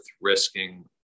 risking